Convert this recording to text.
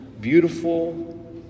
beautiful